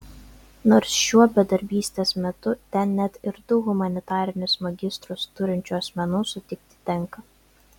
nors šiuo bedarbystės metu ten net ir du humanitarinius magistrus turinčių asmenų sutikti tenka